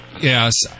Yes